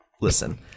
Listen